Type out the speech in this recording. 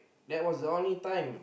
that was the only time